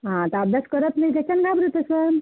हा तर अभ्यास करत नाही त्याच्यानं घाबरत असेल